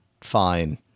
fine